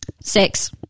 six